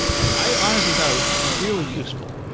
i honestly thought it was really useful.